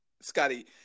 Scotty